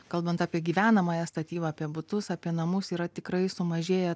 kalbant apie gyvenamąją statybą apie butus apie namus yra tikrai sumažėję